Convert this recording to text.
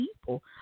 people